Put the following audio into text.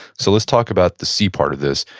so let's talk about the see part of this.